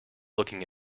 looking